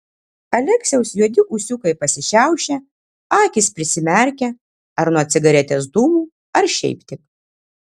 aleksiaus juodi ūsiukai pasišiaušia akys prisimerkia ar nuo cigaretės dūmų ar šiaip tik